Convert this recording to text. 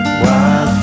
wild